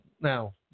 now